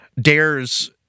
dares